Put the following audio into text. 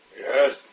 Yes